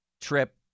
trip